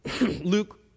Luke